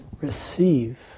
receive